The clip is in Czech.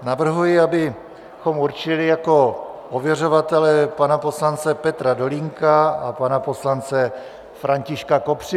Navrhuji, abychom určili jako ověřovatele pana poslance Petra Dolínka a pana poslance Františka Kopřivu.